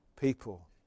people